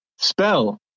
Spell